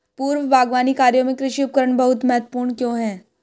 पूर्व बागवानी कार्यों में कृषि उपकरण बहुत महत्वपूर्ण क्यों है?